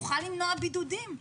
נוכל למנוע בידודים,